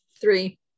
Three